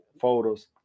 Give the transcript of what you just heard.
photos